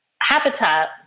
habitat